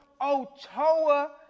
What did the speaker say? Ochoa